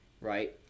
right